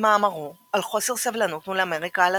"על חוסר סבלנות מול אמריקה הלטינית",